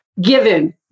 given